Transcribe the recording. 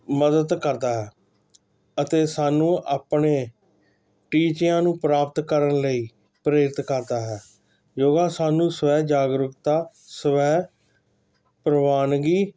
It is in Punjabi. ਮਦਦ ਕਰਦਾ ਹੈ ਅਤੇ ਸਾਨੂੰ ਆਪਣੇ ਟੀਚਿਆਂ ਨੂੰ ਪ੍ਰਾਪਤ ਕਰਨ ਲਈ ਪ੍ਰੇਰਿਤ ਕਰਦਾ ਹੈ ਯੋਗਾ ਸਾਨੂੰ ਸਵੈ ਜਾਗਰੁਕਤਾ ਸਵੈ ਪ੍ਰਵਾਨਗੀ